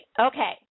Okay